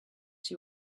she